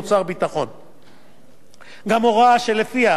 גם הוראה שלפיה מי שפרש משירות בשל נכות